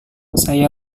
saya